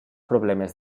problemes